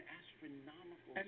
astronomical